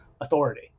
authority